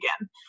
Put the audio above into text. again